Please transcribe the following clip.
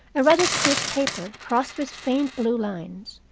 a rather stiff paper crossed with faint blue lines.